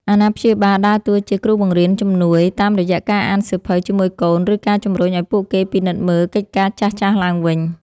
អាណាព្យាបាលដើរតួជាគ្រូបង្រៀនជំនួយតាមរយៈការអានសៀវភៅជាមួយកូន ឬការជំរុញឱ្យពួកគេពិនិត្យមើលកិច្ចការចាស់ៗឡើងវិញ។